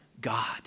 God